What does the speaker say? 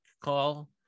call